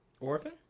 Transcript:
Orphan